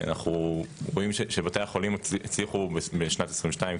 בתי החולים הצליחו בשנת 2022,